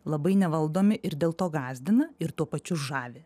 labai nevaldomi ir dėl to gąsdina ir tuo pačiu žavi